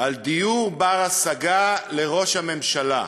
על דיור בר-השגה לראש הממשלה,